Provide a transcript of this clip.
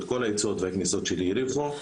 את כל היציאות והכניסות של יריחו.